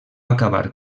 acabar